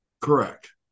Correct